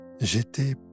J'étais